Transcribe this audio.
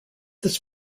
this